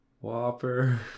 Whopper